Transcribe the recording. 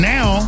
Now